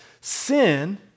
sin